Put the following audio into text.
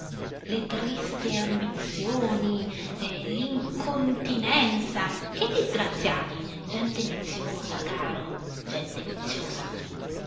le triste ambizioni l'incontinenza che disgraziati gente viziosa caro gente viziosa